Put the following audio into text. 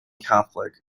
catholic